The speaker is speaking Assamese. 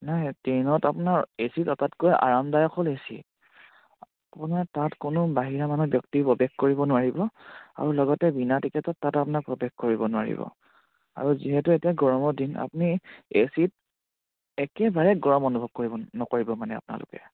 নাই ট্ৰেইনত আপোনাৰ এ চিত আটাইতকৈ আৰামদায়ক হ'ল এ চি আপোনাৰ তাত কোনো বাহিৰা মানুৰ ব্যক্তি প্ৰৱেশ কৰিব নোৱাৰিব আৰু লগতে বিনা টিকেটত তাত আপোনাক প্ৰৱেশ কৰিব নোৱাৰিব আৰু যিহেতু এতিয়া গৰমৰ দিন আপুনি এ চিত একেবাৰে গৰম অনুভৱ কৰিব নকৰিব মানে আপোনালোকে